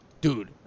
Dude